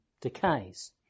decays